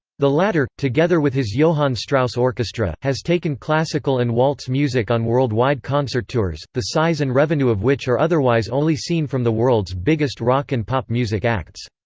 the latter, together with his johann strauss orchestra, has taken classical and waltz music on worldwide concert tours, the size and revenue of which are otherwise only seen from the world's biggest rock and pop music acts.